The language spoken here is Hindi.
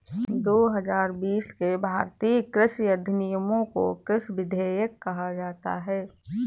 दो हजार बीस के भारतीय कृषि अधिनियमों को कृषि विधेयक कहा जाता है